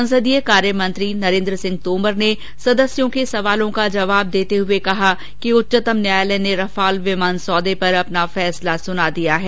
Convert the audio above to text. संसदीय कार्यमंत्री नरेन्द्र सिंह तोमर ने सदस्यों के सवालों का जवाब देते हुए कहा कि उच्चतम न्यायालय ने रफाल विमान सौदे पर अपना फैसला सुना दिया है